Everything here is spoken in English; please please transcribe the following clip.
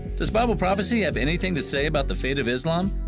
does bible prophecy have anything to say about the fate of islam?